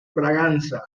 braganza